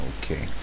Okay